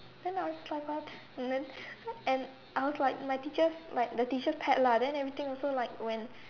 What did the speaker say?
then I was like what and then and I was like the teacher like the teacher's pet lah then everything also like when